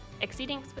exceeding